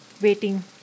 waiting